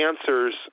answers